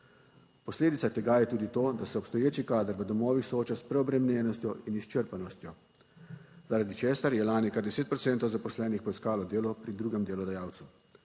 Posledica tega je tudi to, da se obstoječi kader v domovih sooča s preobremenjenostjo in izčrpanostjo, zaradi česar je lani kar 10 procentov zaposlenih poiskalo delo pri drugem delodajalcu.